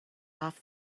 off